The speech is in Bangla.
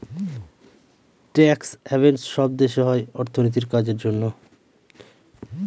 ট্যাক্স হ্যাভেন সব দেশে হয় অর্থনীতির কাজের জন্য